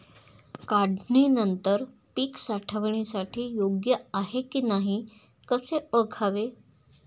काढणी नंतर पीक साठवणीसाठी योग्य आहे की नाही कसे ओळखावे?